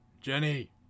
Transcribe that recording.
jenny